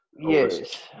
Yes